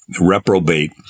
reprobate